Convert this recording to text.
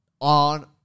on